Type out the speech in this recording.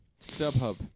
StubHub